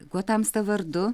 kuo tamsta vardu